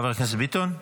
חבר הכנסת ביטון.